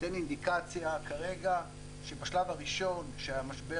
נותן אינדיקציה כרגע שבשלב הראשון כשהמשבר